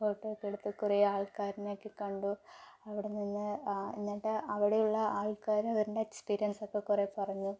ഫോട്ടോക്കെ എടുത്ത് കുറേ ആൾക്കാരിനെയൊക്കെ കണ്ടു അവിടെ നിന്ന് എന്നിട്ട് അവിടെ ഉള്ള ആൾക്കാർ അവരുടെ എക്സ്പീരിയൻസൊക്കെ കുറേ പറഞ്ഞു